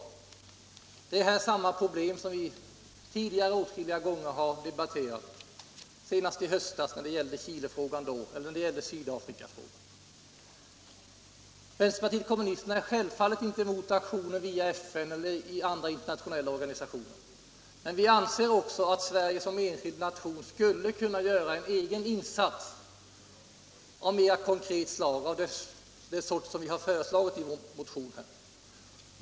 Vi möter här samma problem mot Chile mot Chile som vi åtskilliga gånger tidigare har debatterat, senast i höstas när det gällde Chilefrågan och Sydafrikafrågan. Vänsterpartiet kommunisterna är självfallet inte mot aktioner via FN eller andra internationella organ, men vi anser att Sverige som enskild nation också skulle kunna göra en egen, konkret insats av det slag som vi föreslagit i vår motion.